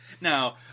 Now